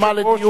את רשומה לדיון,